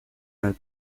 nel